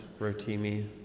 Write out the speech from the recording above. Rotimi